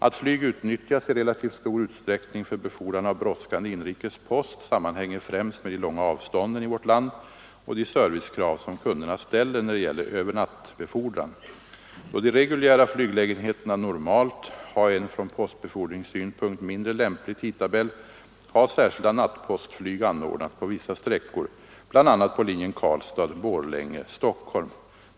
Att flyg utnyttjas i relativt stor utsträckning för befordran av brådskande inrikes post sammanhänger främst med de långa avstånden i vårt land och de servicekrav som kunderna ställer när det gäller övernattbefordran. Då de reguljära flyglägenheterna normalt har en från postbefordringssynpunkt mindre lämplig tidtabell har särskilda nattpostflyg anordnats på vissa sträckor, bl.a. på linjen Karlstad—Borlänge— Stockholm.